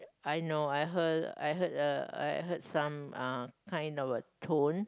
I know I heard I heard a I heard some uh kind of a tone